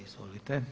Izvolite.